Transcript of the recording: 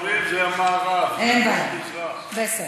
המגרב זה מערב, לא מזרח.